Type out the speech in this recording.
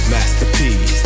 Masterpiece